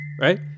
right